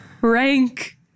Rank